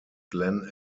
glen